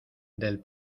del